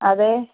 അതെ